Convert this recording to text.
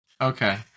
Okay